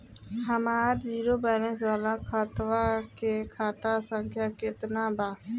हमार zero balance वाला खतवा के खाता संख्या केतना बा?